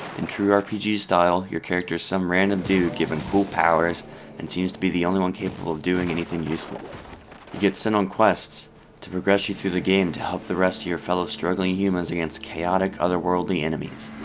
in true rpg style, your character is some random dude given cool powers and seems to be the only one capable of doing anything useful. you get sent on quests to progress you through the game to help the rest of your fellow struggling humans against chaotic otherworldy enemies.